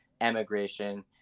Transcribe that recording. emigration